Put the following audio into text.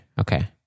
Okay